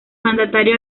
mandatario